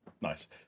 Nice